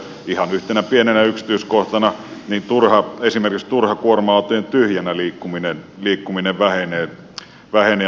ihan yhtenä pienenä yksityiskohtana esimerkiksi turha kuorma autojen tyhjänä liikkuminen vähenee ja noin poispäin